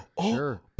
sure